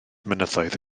mynyddoedd